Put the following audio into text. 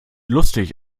lustig